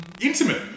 intimate